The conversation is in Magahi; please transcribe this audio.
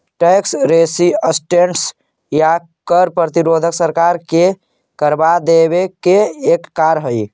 टैक्स रेसिस्टेंस या कर प्रतिरोध सरकार के करवा देवे के एक कार्य हई